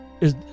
Is